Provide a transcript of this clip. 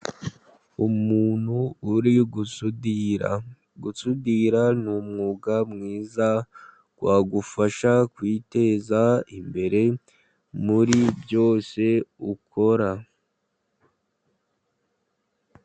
Umuntu uri gusudira. Gusudira ni umwuga mwiza wagufasha kwiteza imbere, muri byose ukora.